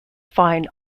fine